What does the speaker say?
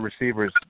receivers